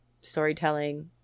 storytelling